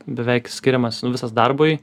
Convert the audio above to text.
beveik skiriamas nu visas darbui